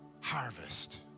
harvest